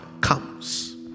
comes